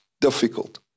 difficult